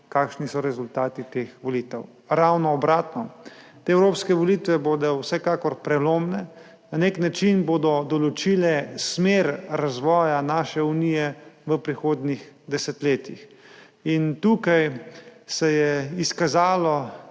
kakšni so rezultati teh volitev. Ravno obratno, te evropske volitve bodo vsekakor prelomne. Na nek način bodo določile smer razvoja naše Unije v prihodnjih desetletjih. Tukaj se je izkazalo,